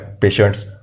patients